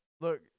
Look